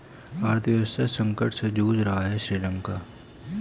अर्थव्यवस्था संकट से जूझ रहा हैं श्रीलंका